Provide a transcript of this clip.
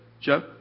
Joe